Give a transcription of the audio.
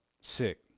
Sick